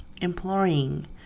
imploring